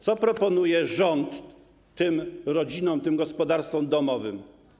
Co proponuje rząd tym rodzinom, tym gospodarstwom domowym?